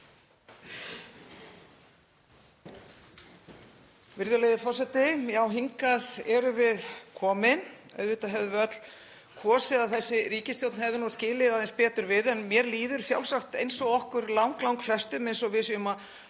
Virðulegi forseti. Já, hingað erum við komin. Auðvitað hefðum við öll kosið að þessi ríkisstjórn hefði skilið aðeins betur við en mér líður, sjálfsagt eins og okkur langflestum, eins og við séum